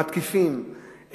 מתקיפים,